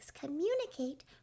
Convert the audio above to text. communicate